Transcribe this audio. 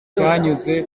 cyanyuze